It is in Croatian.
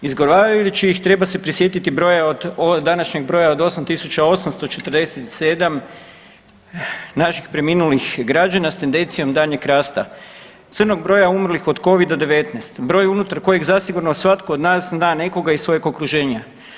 Izgovarajući ih treba se prisjetiti današnjeg broja od 8 tisuća 847 naših preminulih građana s tendencijom daljnjeg rasta crnog broja umrlih od Covida-19, broj unutar kojeg zasigurno svatko od nas zna nekoga iz svojeg okruženja.